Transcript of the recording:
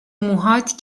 موهات